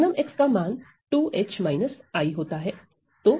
sgn का मान होता है